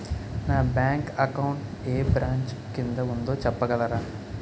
నా bank account ఏ branch కిందా ఉందో చెప్పగలరా?